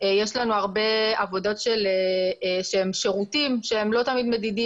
יש הרבה עבודות שהן שירותים שהם לא תמיד מדידים,